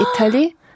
Italy